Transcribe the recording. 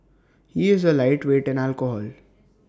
he is A lightweight in alcohol